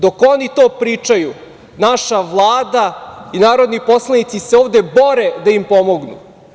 Dok oni to pričaju, naša Vlada i narodni poslanici se ovde bore da im pomognu.